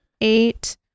Eight